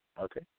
okay